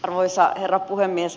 arvoisa herra puhemies